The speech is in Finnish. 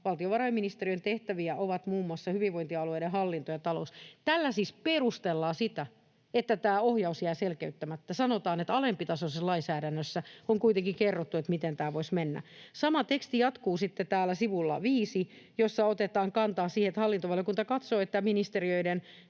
valtiovarainministeriön tehtäviä ovat muun muassa hyvinvointialueiden hallinto ja talous. Tällä siis perustellaan sitä, että tämä ohjaus jää selkeyttämättä. Sanotaan, että alempitasoisessa lainsäädännössä on kuitenkin kerrottu, miten tämä voisi mennä. Sama teksti jatkuu sitten täällä sivulla 5, jossa otetaan kantaa siihen, että hallintovaliokunta katsoo, että ministeriöiden